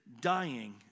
dying